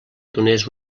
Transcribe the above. donés